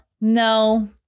No